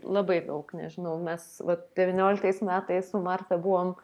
labai daug nežinau mes vat devynioliktais metais su marta buvom